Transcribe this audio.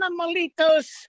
animalitos